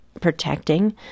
protecting